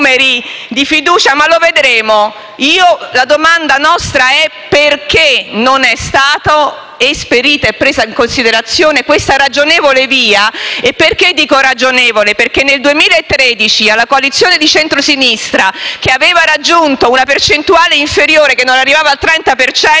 la fiducia? Lo vedremo. La domanda che continuiamo a fare è perché non è stata esperita e presa in considerazione questa ragionevole via. E perché dico ragionevole? Perché nel 2013 alla coalizione di centrosinistra, che aveva raggiunto una percentuale inferiore che non arrivava al 30